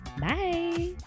bye